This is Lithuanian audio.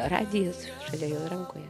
radijas šalia jo rankoje